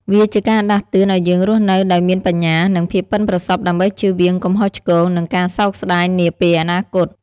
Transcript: វាជាការដាស់តឿនឲ្យយើងរស់នៅដោយមានបញ្ញា និងភាពប៉ិនប្រសប់ ដើម្បីជៀសវាងកំហុសឆ្គង និងការសោកស្តាយនាពេលអនាគត។